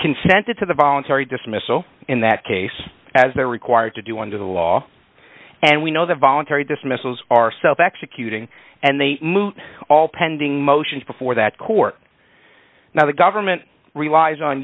consented to the voluntary dismissal in that case as they're required to do under the law and we know that voluntary dismissals are self executing and they move all pending motions before that court now the government relies on